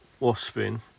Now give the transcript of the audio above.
waspin